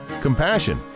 Compassion